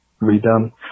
redone